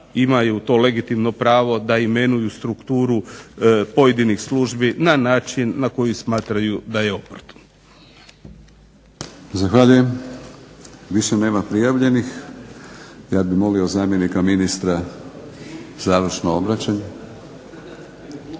imaju to legitimno pravo da imenuju strukturu pojedinih službi na način na koji smatraju da je oportuno. **Batinić, Milorad (HNS)** Zahvaljujem. Više nema prijavljenih. Ja bih molio zamjenika ministra za završno obraćanje.